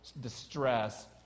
distress